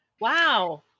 wow